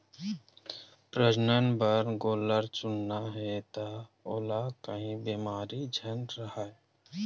प्रजनन बर गोल्लर चुनना हे त ओला काही बेमारी झन राहय